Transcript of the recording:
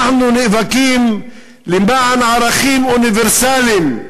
אנחנו נאבקים למען ערכים אוניברסליים,